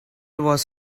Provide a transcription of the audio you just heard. was